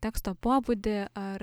teksto pobūdį ar